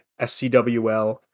SCWL